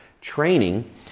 training